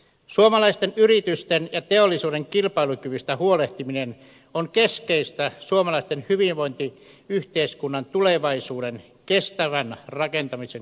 suomalaisten yritysten ja teollisuuden kilpailukyvystä huolehtiminen on keskeistä suomalaisten hyvinvointiyhteiskunnan tulevaisuuden kestävän rakentamisen kannalta